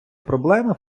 проблема